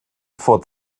vor